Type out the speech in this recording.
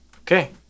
okay